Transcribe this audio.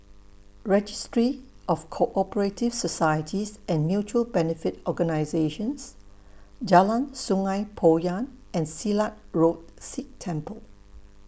Registry of Co Operative Societies and Mutual Benefit Organisations Jalan Sungei Poyan and Silat Road Sikh Temple